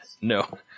No